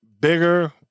bigger